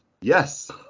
yes